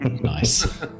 Nice